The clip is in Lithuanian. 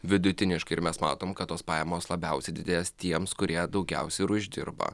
vidutiniškai ir mes matom kad tos pajamos labiausiai didės tiems kurie daugiausiai ir uždirba